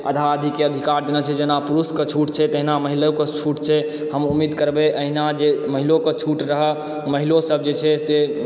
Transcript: आधा आधीके अधिकार देने छै जेना पुरुषके छूट छै तहिना महिलोके छूट छै हम उम्मीद करबै एहिना जे महिलोके छूट रहऽ महिलो सब जे छै से